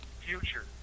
future